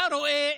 אתה רואה